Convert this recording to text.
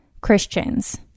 Christians